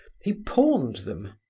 he pawned them,